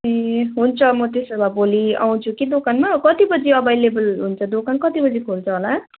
ए हुन्छ म त्यसो भए भोलि आउँछु कि दोकानमा कति बजी अभाएलेबल हुन्छ दोकान कति बजी खोल्छ होला